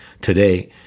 today